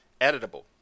editable